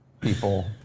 people